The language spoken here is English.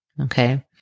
Okay